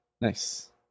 Nice